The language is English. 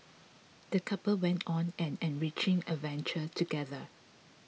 the couple went on an enriching adventure together